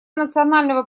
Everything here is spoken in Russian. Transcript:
национального